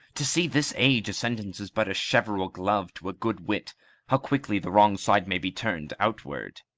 to see this age! a sentence is but a cheveril glove to a good wit how quickly the wrong side may be turn'd outward!